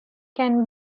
can